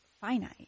finite